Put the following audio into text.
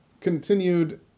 continued